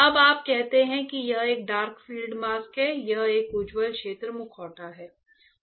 अब आप कहते हैं कि यह एक डार्क फील्ड मास्क है यह एक उज्ज्वल क्षेत्र मुखौटा है